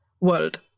world